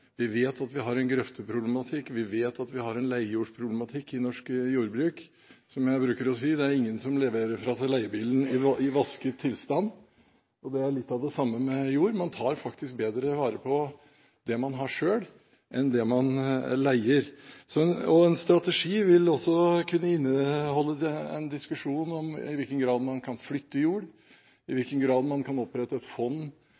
Vi vet at vi har en grøfteproblematikk, og vi vet at vi har en leiejordsproblematikk i norsk jordbruk. Som jeg bruker å si: Det er ingen som leverer fra seg leiebilen i vasket tilstand. Det er litt av det samme med jord, man tar faktisk bedre vare på det man har selv, enn det man leier. En strategi vil også kunne inneholde en diskusjon om i hvilken grad man kan flytte jord, i hvilken grad man kan opprette et fond